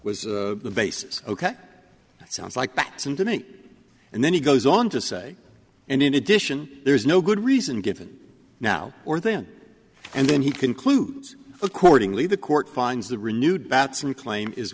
was the basis ok that sounds like batson to me and then he goes on to say and in addition there is no good reason given now or then and then he concludes accordingly the court finds the renewed batson claim is